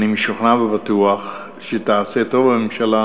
אני משוכנע ובטוח שטוב תעשה הממשלה